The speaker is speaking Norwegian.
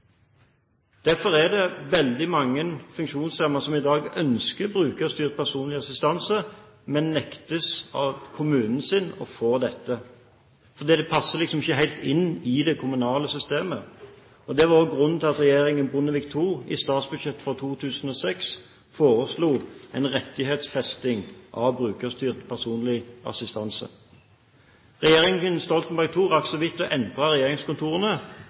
Derfor er det veldig mange funksjonshemmede som i dag ønsker brukerstyrt personlig assistanse, men nektes av kommunen sin å få dette. Det passer likesom ikke helt inn i det kommunale systemet. Det var grunnen til at regjeringen Bondevik II i statsbudsjettet for 2006 foreslo en rettighetsfesting av brukerstyrt personlig assistanse. Regjeringen Stoltenberg II rakk så vidt å entre regjeringskontorene